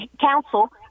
council